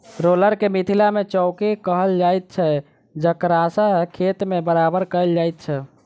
roller के मिथिला मे चौकी कहल जाइत छै जकरासँ खेत के बराबर कयल जाइत छै